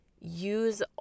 use